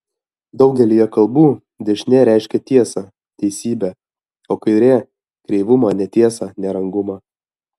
daugelyje kalbų dešinė reiškia tiesą teisybę o kairė kreivumą netiesą nerangumą